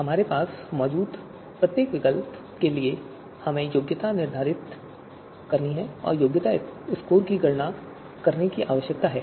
हमारे पास मौजूद प्रत्येक विकल्प के लिए हमें योग्यता स्कोर की गणना करने की आवश्यकता है